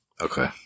Okay